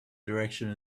direction